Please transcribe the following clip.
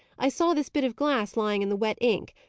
i saw this bit of glass lying in the wet ink.